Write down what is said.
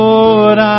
Lord